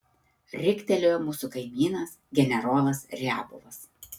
riktelėjo mūsų kaimynas generolas riabovas